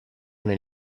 nel